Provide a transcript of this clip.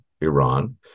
iran